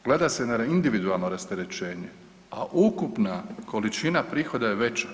Gleda se na individualno rasterećenje, a ukupna količina prihoda je veće.